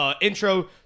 Intro